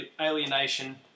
Alienation